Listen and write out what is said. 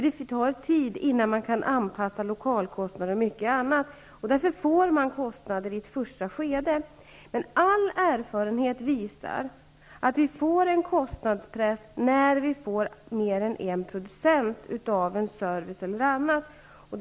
Det tar tid innan man kan anpassa lokalkostnader och annat. Därför får man ökade kostnader i ett första skede. Men all erfarenhet visar att det blir en kostnadspress när vi får fler än en producent av en service eller en vara.